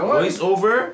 voiceover